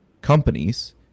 companies